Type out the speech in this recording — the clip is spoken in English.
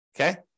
Okay